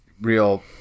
real